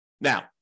Now